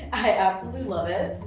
i absolutely love it.